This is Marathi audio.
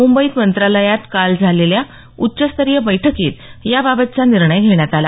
मुंबईत मंत्रालयात काल झालेल्या उच्चस्तरीय बैठकीत याबाबतचा निर्णय घेण्यात आला